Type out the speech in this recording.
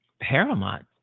paramount